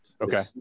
okay